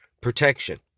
protection